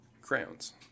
crowns